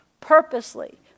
purposely